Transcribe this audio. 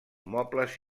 mobles